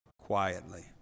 Quietly